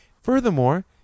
Furthermore